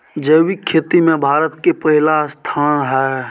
जैविक खेती में भारत के पहिला स्थान हय